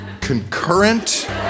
concurrent